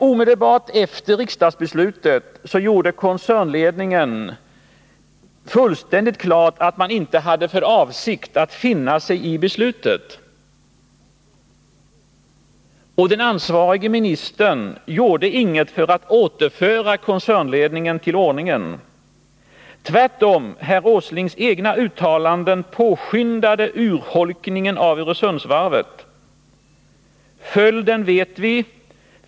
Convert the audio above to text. Omedelbart efter riksdagsbeslutet gjorde koncernledningen fullständigt klart att man inte hade för avsikt att finna sig i beslutet. Och den ansvarige ministern gjorde inget för att återföra koncernledningen till ordningen. Tvärtom, herr Åslings egna uttalanden påskyndade urholkningen av Öresundsvarvet. Följden vet vi.